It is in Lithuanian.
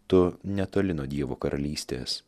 tu netoli nuo dievo karalystės